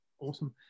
awesome